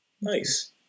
Nice